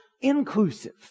inclusive